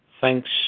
Thanks